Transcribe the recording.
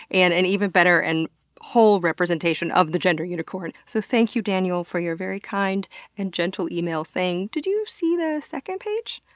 and an and even better and whole representation of the gender unicorn. so thank you, daniel, for your very kind and gentle email saying, did you seeee, the second page?